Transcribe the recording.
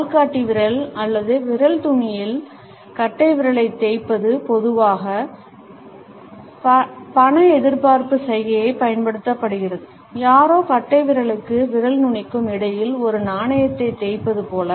ஆள்காட்டி விரல் அல்லது விரல் நுனியில் கட்டைவிரலைத் தேய்ப்பது பொதுவாக பண எதிர்பார்ப்பு சைகையாகப் பயன்படுத்தப்படுகிறது யாரோ கட்டைவிரலுக்கும் விரல் நுனிக்கும் இடையில் ஒரு நாணயத்தைத் தேய்ப்பது போல